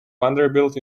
vanderbilt